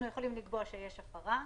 אנחנו יכולים לקבוע שיש הפרה,